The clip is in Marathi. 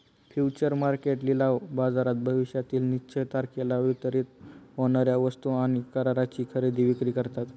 फ्युचर मार्केट लिलाव बाजारात भविष्यातील निश्चित तारखेला वितरित होणार्या वस्तू आणि कराराची खरेदी विक्री करतात